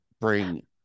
bring